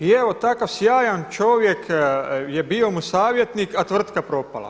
I evo takav sjajan čovjek je bio mu savjetnik, a tvrtka propala.